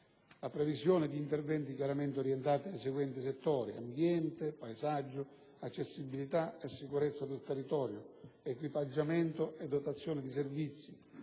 la previsione di interventi chiaramente orientati ai seguenti settori: ambiente, paesaggio, accessibilità e sicurezza del territorio, equipaggiamento e dotazione di servizi,